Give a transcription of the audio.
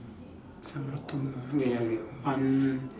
some more two more wait ah wait one